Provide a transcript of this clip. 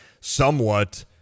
somewhat